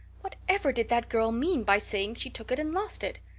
whatever did that girl mean by saying she took it and lost it?